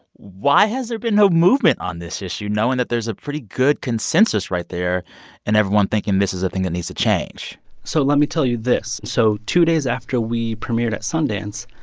why has there been no movement on this issue, knowing that there's a pretty good consensus right there and everyone thinking this is a thing that needs to change so let me tell you this. so two days after we premiered at sundance,